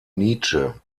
nietzsche